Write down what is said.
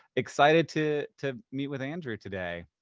excited to to meet with andrew today.